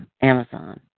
Amazon